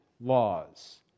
laws